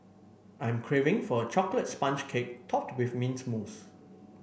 I'm craving for a chocolate sponge cake topped with mint mousse